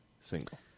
single